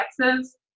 Texas